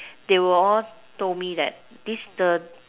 they will all told me that this the